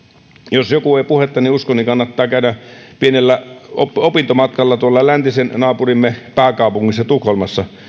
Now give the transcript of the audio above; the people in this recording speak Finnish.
jos joku ei puhettani usko niin kannattaa käydä pienellä opintomatkalla läntisen naapurimme pääkaupungissa tukholmassa